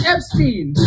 Epstein